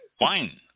Wine